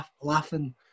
laughing